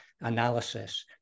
analysis